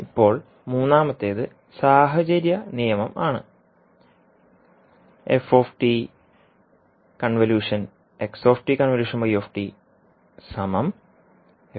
ഇപ്പോൾ മൂന്നാമത്തേത് സാഹചര്യനിയമം ആണ്